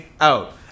out